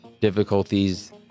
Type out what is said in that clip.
difficulties